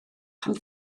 pan